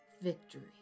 Victory